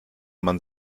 man